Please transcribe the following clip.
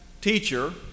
teacher